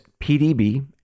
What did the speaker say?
pdb